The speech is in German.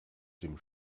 dem